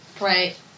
Right